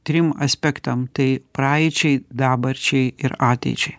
trim aspektam tai praeičiai dabarčiai ir ateičiai